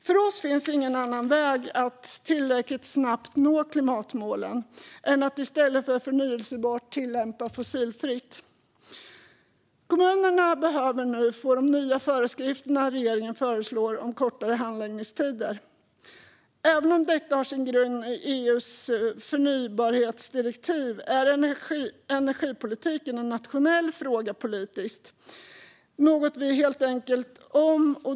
För oss finns ingen annan väg att tillräckligt snabbt nå klimatmålen än att i stället för förnybart tillämpa fossilfritt. Kommunerna behöver nu få de nya föreskrifter regeringen föreslår om kortare handläggningstider. Även om detta har sin grund i EU:s förnybartdirektiv är energipolitik en nationell fråga, något vi är helt eniga om.